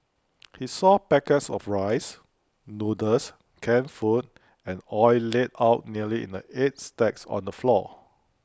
he saw packets of rice noodles canned food and oil laid out neatly in eight stacks on the floor